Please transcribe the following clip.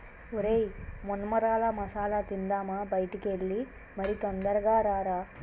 ఒరై మొన్మరాల మసాల తిందామా బయటికి ఎల్లి మరి తొందరగా రారా